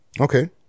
Okay